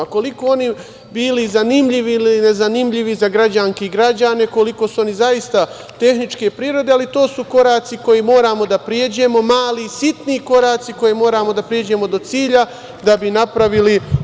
Koliko oni bili zanimljivi ili nezanimljivi za građanke i građane, koliko su oni zaista tehničke prirode, ali to su koraci koje moramo da pređemo, mali, sitni koraci koje moramo da pređemo do cilja da bi napravili.